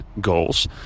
goals